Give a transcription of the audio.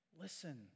Listen